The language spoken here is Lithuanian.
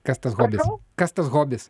kas tas hobis kas tas hobis